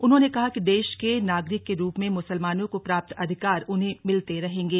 उन्होंने कहा कि देश के नागरिक के रूप में मुसलमानों को प्राप्त अधिकार उन्हें मिलते रहेंगे